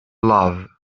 love